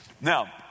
Now